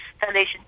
Foundation